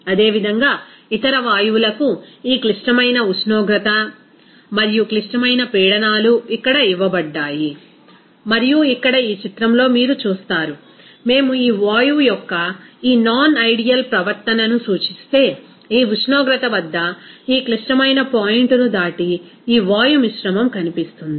అదేవిధంగా ఇతర వాయువులకు ఈ క్లిష్టమైన ఉష్ణోగ్రత మరియు క్లిష్టమైన పీడనాలు ఇక్కడ ఇవ్వబడ్డాయి మరియు ఇక్కడ ఈ చిత్రంలో మీరు చూస్తారు మేము ఈ వాయువు యొక్క ఈ నాన్ ఐడియల్ ప్రవర్తనను సూచిస్తే ఈ ఉష్ణోగ్రత వద్ద ఈ క్లిష్టమైన పాయింట్ను దాటి ఈ వాయు మిశ్రమం కనిపిస్తుంది